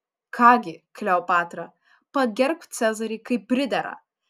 ką gi kleopatra pagerbk cezarį kaip pridera